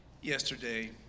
yesterday